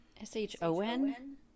S-H-O-N